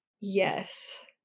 yes